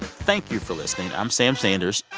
thank you for listening. i'm sam sanders.